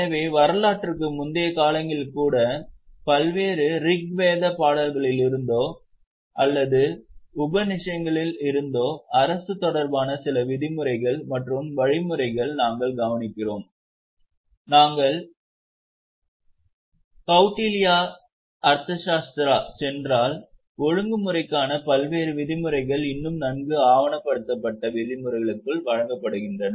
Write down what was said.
எனவே வரலாற்றுக்கு முந்தைய காலங்களில் கூட பல்வேறு ரிக்வேத பாடல்களிலிருந்தோ அல்லது உபநிடஷங்களில் இருந்து அரசு தொடர்பான சில விதிமுறைகள் மற்றும் வழிமுறைகளை நாங்கள் கவனிக்கிறோம் நாங்கள் கவ்டில்யாவின் ஆர்த்தசாஸ்திரத்திற்குச் Kautilya's Arthshastra சென்றால் ஒழுங்குமுறைக்கான பல்வேறு விதிமுறைகள் இன்னும் நன்கு ஆவணப்படுத்தப்பட்ட விதிமுறைகளுக்கு வழங்கப்படுகின்றன